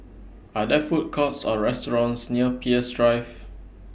Are There Food Courts Or restaurants near Peirce Drive